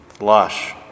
lush